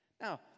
Now